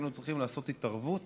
היינו צריכים לעשות התערבות